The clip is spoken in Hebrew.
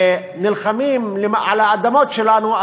נלחמים על האדמות שלנו,